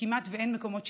וכמעט אין מקומות שיקום.